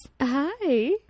hi